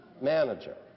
manager